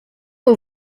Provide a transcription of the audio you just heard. aux